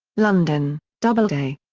london doubleday.